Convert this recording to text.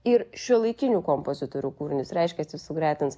ir šiuolaikinių kompozitorių kūrinius reiškias jis sugretins